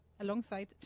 alongside